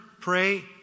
pray